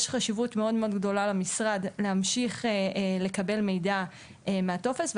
יש חשיבות מאוד גדולה למשרד להמשיך לקבל מידע מהטופס,